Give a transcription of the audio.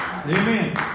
Amen